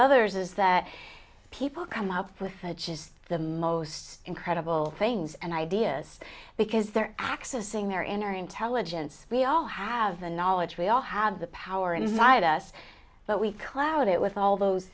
others is that people come up with just the most incredible things and ideas because they're accessing their inner intelligence we all have the knowledge we all have the power inside us but we cloud it with all those